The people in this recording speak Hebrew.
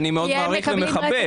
אני מאוד מעריך ומכבד.